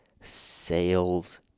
sales